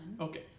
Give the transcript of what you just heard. Okay